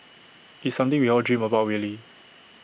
it's something we all dream about really